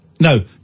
No